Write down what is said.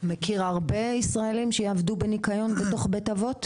מכיר הרבה ישראלים שיעבדו בניקיון בתוך בית אבות,